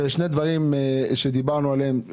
ושני דברים שדיברנו עליהם,